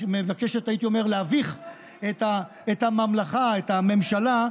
שמבקשת, הייתי אומר, להביך את הממלכה, את הממשלה,